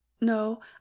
No